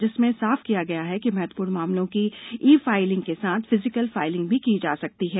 जिसमें साफ किया गया है कि महत्वपूर्ण मामलों की ई फाइलिंग के साथ फिजिकल फाइलिंग भी की जा सकती है